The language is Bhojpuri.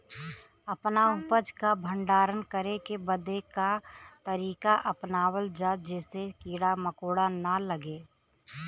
अपना उपज क भंडारन करे बदे का तरीका अपनावल जा जेसे कीड़ा मकोड़ा न लगें?